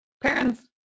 parents